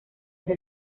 ese